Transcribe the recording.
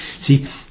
see